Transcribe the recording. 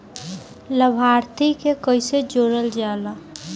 लभार्थी के कइसे जोड़ल जाला?